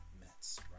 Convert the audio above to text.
Mets